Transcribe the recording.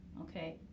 Okay